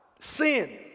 sin